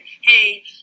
hey